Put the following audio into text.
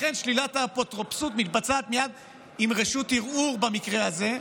לכן שלילת האפוטרופסות מתבצעת מייד עם רשות ערעור במקרה הזה,